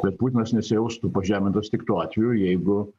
bet putinas nesijaustų pažemintas tik tuo atveju jeigu